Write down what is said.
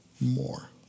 more